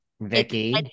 Vicky